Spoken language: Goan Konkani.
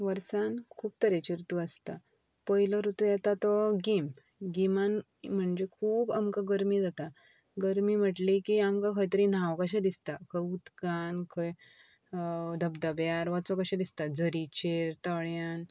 वर्सान खूब तरेच्यो ऋतू आसता पयलो रुतू येता तो गीम गीमान म्हणजे खूब आमकां गर्मी जाता गर्मी म्हटली की आमकां खंय तरी न्हांव कशें दिसता खंय उदकान खंय धबधब्यार वचप कशें दिसता झरीचेर तळ्यान